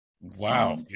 Wow